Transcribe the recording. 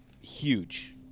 huge